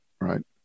Right